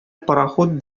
пароход